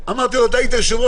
אמרתי לו: אתה היית יושב-ראש